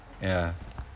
ya